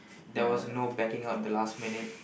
there was no backing up the last minute